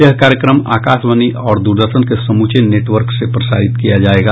यह कार्यक्रम आकाशवाणी और दूरदर्शन के समूचे नेटवर्क से प्रसारित किया जाएगा